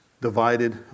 divided